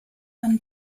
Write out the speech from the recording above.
and